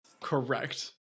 Correct